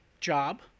job